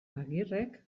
agirrek